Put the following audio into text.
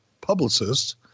publicist